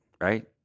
Right